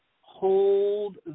hold